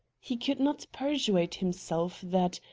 he could not persuade himself that,